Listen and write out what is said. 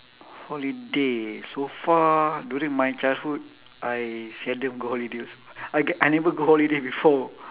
holiday so far during my childhood I seldom go holiday als~ I get I never go holiday before